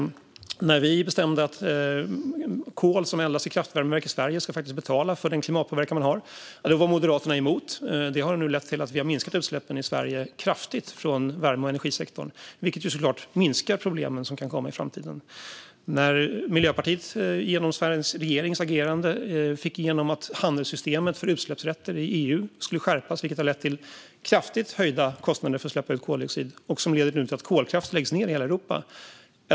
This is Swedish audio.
När vi bestämde att kol som eldas i kraftvärmeverk i Sverige ska få betala för den klimatpåverkan den har var Moderaterna emot. Men det beslutet har nu lett till att vi har minskat utsläppen i Sverige kraftigt från värme och energisektorn. Det minskar såklart problemen som kan komma i framtiden. Miljöpartiet fick genom regeringens agerande igenom att handelssystemet för utsläppsrätter i EU skulle skärpas. Det har lett till kraftigt höjda kostnader för att släppa ut koldioxid. Det leder nu till att kolkraft läggs ned i hela Europa.